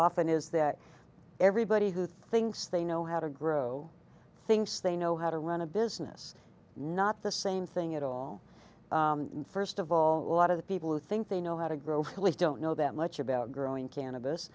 often is that everybody who thinks they know how to grow things they know how to run a business not the same thing at all and first of all a lot of the people who think they know how to grow really don't know that much about growing